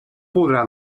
podrà